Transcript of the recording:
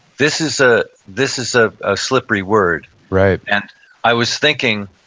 this is ah this is a ah slippery word right and i was thinking,